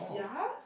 ya